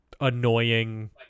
annoying